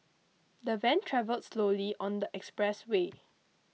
the van travelled slowly on the expressway